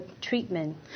treatment